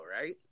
right